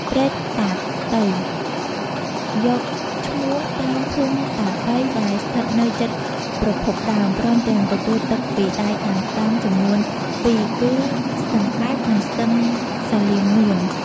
ព្រែកតាតី យកឈ្មោះតាមភូមិតាតី ដែលស្ថិតនៅជិតប្រភពដើម ព្រមទាំងទទួលទឹកពីដៃខាងស្តាំចំនួនពីរគឺ ស្ទឹងកែប និងស្ទឹងសាលាមនួន។